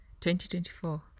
2024